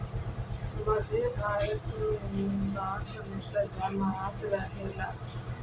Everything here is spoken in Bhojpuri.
मध्य भारत में बांस हमेशा जामत रहेला